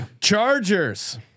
chargers